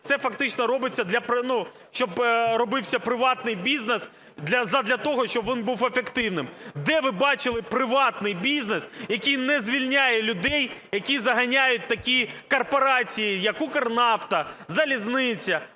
це фактично робиться, щоб робився приватний бізнес задля того, щоб він був ефективним. Де ви бачили приватний бізнес, який не звільняє людей, які заганяють такі корпорації, як "Укрнафта", залізниця,